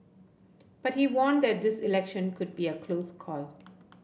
but he warned that this election could be a close call